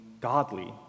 godly